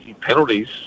penalties